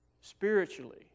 spiritually